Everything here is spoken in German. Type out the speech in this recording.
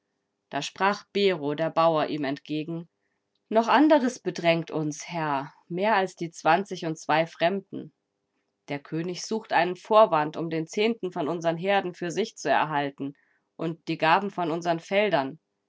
da sprach bero der bauer ihm entgegen noch anderes bedrängt uns herr mehr als die zwanzig und zwei fremden der könig sucht einen vorwand um den zehnten von unsern herden für sich zu erhalten und die garben von unseren feldern